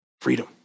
Freedom